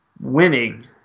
winning